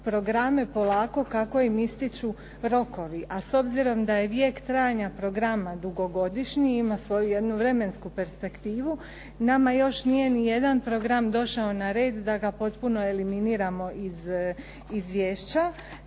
programe polako kako im ističu rokovi, a s obzirom da je vijek trajanja programa dugogodišnji, ima svoju jednu vremensku perspektivu, nama još nije nijedan program došao na red da ga potpuno eliminiramo iz izvješća.